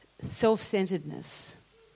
self-centeredness